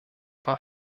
war